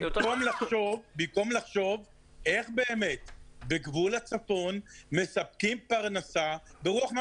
במקום לחשוב איך באמת בגבול הצפון מספקים פרנסה ברוח מה